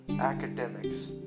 academics